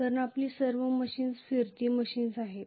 कारण आपली सर्व मशीन्स फिरती मशीन्स आहेत